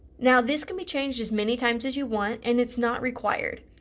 now this can be changed as many times as you want and it's not required.